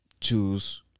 choose